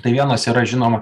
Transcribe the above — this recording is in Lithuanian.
tai vienas yra žinoma